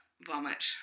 vomit